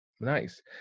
Nice